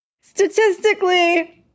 Statistically